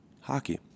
hockey